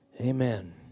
Amen